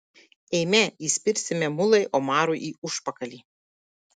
eime įspirsime mulai omarui į užpakalį